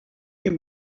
nie